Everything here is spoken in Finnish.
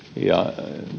ja